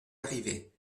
arrivait